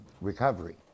recovery